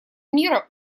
мира